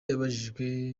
abajijwe